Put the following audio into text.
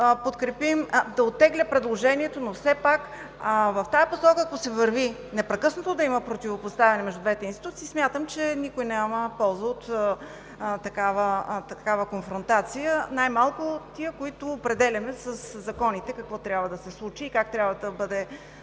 да оттегля предложението. Но все пак, ако се върви в тази посока – непрекъснато да има противопоставяне между двете институции, смятам, че никой няма полза от такава конфронтация, най-малко тези, които определяме със законите какво трябва да се случи и как трябва да бъде